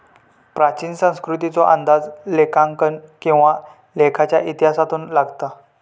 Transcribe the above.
प्राचीन संस्कृतीचो अंदाज लेखांकन किंवा लेखाच्या इतिहासातून लागता